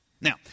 Now